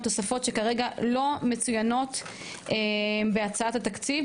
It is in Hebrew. תוספות שכרגע לא מצוינות בהצעת התקציב,